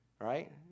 right